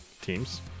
teams